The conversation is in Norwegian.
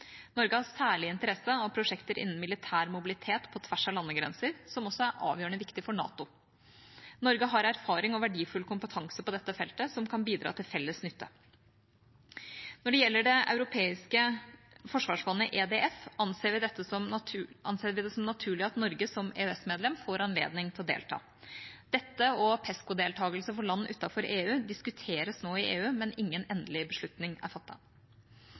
Norge har særlig interesse av prosjekter innen militær mobilitet på tvers av landegrenser, som også er avgjørende viktig for NATO. Norge har erfaring og verdifull kompetanse på dette feltet som kan bidra til felles nytte. Når det gjelder Det europeiske forsvarsfondet, EDF, anser vi det som naturlig at Norge, som EØS-medlem, får anledning til å delta. Dette, og PESCO-deltakelse for land utenfor EU, diskuteres nå i EU, men ingen endelig beslutning er